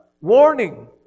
Warning